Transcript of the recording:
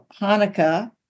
Hanukkah